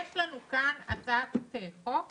יש לנו כאן הצעת חוק